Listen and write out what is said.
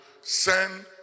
send